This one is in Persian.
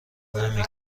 نمی